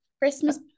Christmas